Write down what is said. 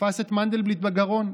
שתפס את מנדלבליט בגרון.